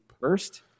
First